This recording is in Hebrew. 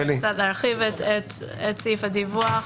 קצת להרחיב את סעיף הדיווח.